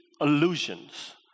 Illusions